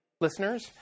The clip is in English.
listeners